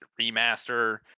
remaster